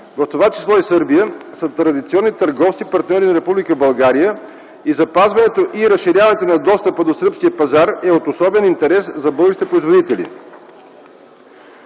в това число и Сърбия, са традиционни търговски партньори на България и запазването и разширяването на достъпа до сръбския пазар е от особен интерес за българските производители.